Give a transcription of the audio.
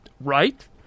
Right